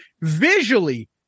visually